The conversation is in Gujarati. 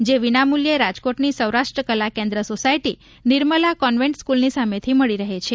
જે વિનામુલ્યે રાજકોટની સૌરાષ્ટ્ર કલા કેન્દ્ર સોસાયટી નિર્મલા કોન્વેંટ સ્કુલની સામેથી મળી રહે છે